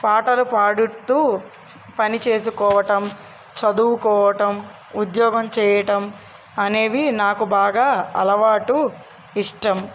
పాటలు పాడుతూ పని చేసుకోవటం చదువుకోవటం ఉద్యోగం చేయటం అనేవి నాకు బాగా అలవాటు ఇష్టం